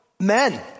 Men